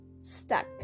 stuck